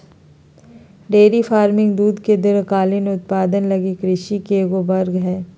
dairy farming दूध के दीर्घकालिक उत्पादन लगी कृषि के एगो वर्ग हइ